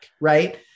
right